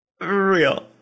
real